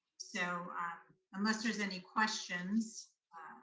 so unless there's any questions,